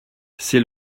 c’est